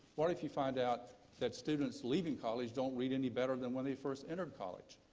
what if you find out that students leaving college don't read any better than when they first entered college?